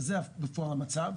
זה פה המצב.